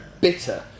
bitter